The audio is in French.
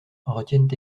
retiennent